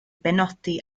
benodi